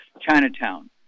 chinatown